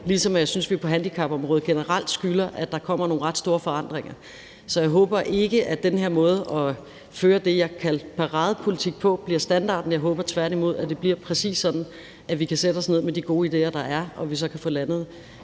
ligesom jeg synes, vi på handicapområdet generelt skylder, at der kommer nogle ret store forandringer. Så jeg håber ikke, at den her måde at føre det, jeg kaldte paradepolitik, på, bliver standarden. Jeg håber tværtimod, at det bliver præcis sådan, at vi kan sætte os ned med de gode idéer, der er, og at vi så kan få landet